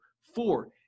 four